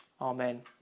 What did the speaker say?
Amen